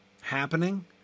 happening